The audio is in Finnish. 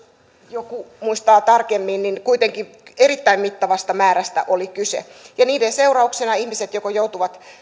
joku muistaa tarkemmin kuitenkin erittäin mittavasta määrästä oli kyse ja niiden seurauksena ihmiset joko joutuvat